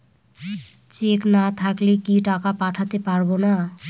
Check না থাকলে কি টাকা পাঠাতে পারবো না?